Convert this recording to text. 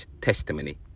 testimony